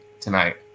tonight